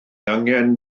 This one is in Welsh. angen